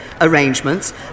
arrangements